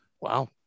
wow